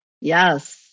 Yes